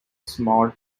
small